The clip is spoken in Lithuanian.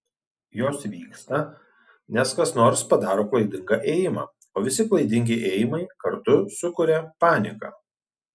jos vyksta nes kas nors padaro klaidingą ėjimą o visi klaidingi ėjimai kartu sukuria paniką